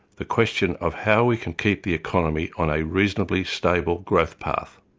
the question of how we can keep the economy on a reasonably stable growth path.